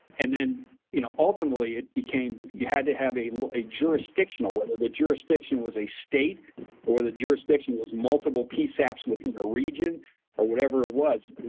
and then you know ultimately it became. you had to have a a jurisdiction whether the jurisdiction was a state or the jurisdiction was multiple psaps within the region or whatever it was.